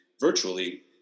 virtually